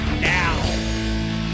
now